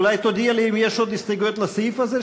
אולי תודיע לי אם יש עוד הסתייגויות לסעיף הזה,